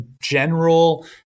general